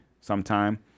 sometime